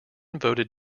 voted